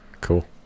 Cool